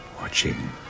watching